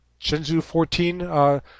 Shenzhou-14